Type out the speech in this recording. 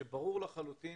כשברור לחלוטין